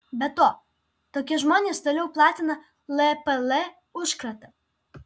be to tokie žmonės toliau platina lpl užkratą